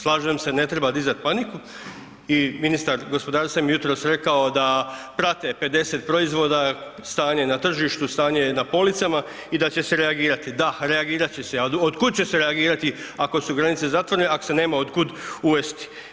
Slažem se ne treba dizati paniku i ministar gospodarstva mi je jutros rekao da prate 50 proizvoda stanje na tržištu, stanje na policama i da će se reagirati, da, reagirati će se, a od kud će se reagirati, ako su granice zatvorene, ako se nema od kud uvesti.